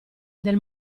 del